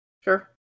Sure